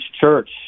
church